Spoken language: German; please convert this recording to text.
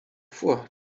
vor